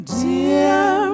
dear